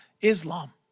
Islam